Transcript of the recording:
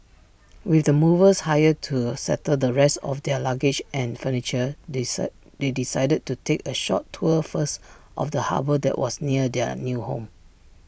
with the movers hired to settle the rest of their luggage and furniture they said they decided to take A short tour first of the harbour that was near their new home